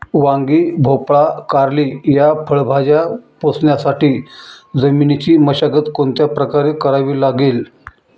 वांगी, भोपळा, कारली या फळभाज्या पोसण्यासाठी जमिनीची मशागत कोणत्या प्रकारे करावी लागेल?